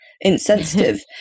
insensitive